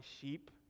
sheep